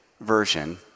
version